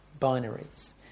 binaries